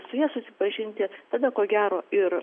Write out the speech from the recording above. su ja susipažinti tada ko gero ir